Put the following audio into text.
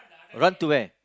run to where